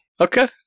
Okay